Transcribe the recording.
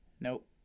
Nope